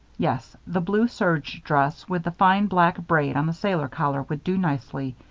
yes, the blue serge dress with the fine black braid on the sailor collar would do nicely.